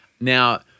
Now